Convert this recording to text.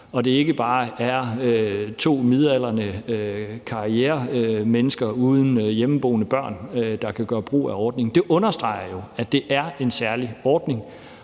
Det er ikke bare to midaldrende karrieremennesker uden hjemmeboende børn, der kan gøre brug af ordningen. Det understreger jo, at det er en særlig ordning,